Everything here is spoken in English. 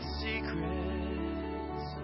secrets